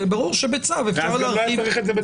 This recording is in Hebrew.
ברור שבצו אפשר להרחיב -- ואז גם לא היה צריך את זה בצו.